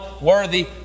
worthy